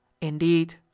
indeed